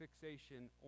fixation